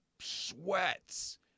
sweats